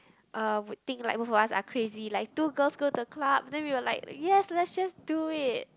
uh would think like both of us are crazy like two girls go to a club then we will like yes let's just do it